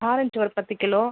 orange ஒரு பத்து kilo